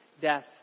Death